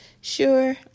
sure